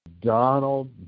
Donald